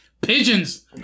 pigeons